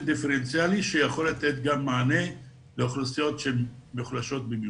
דיפרנציאלי שיכול לתת גם מענה לאוכלוסיות שהן מוחלשות במיוחד.